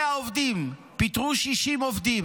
100 עובדים, פיטרו 60 עובדים.